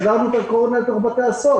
החזרנו את הקורונה לתוך בתי הסוהר,